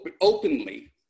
Openly